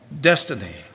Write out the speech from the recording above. destiny